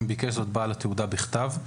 אם ביקש זאת בעל התעודה בכתב.